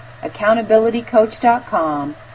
accountabilitycoach.com